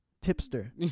tipster